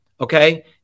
okay